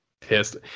pissed